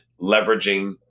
leveraging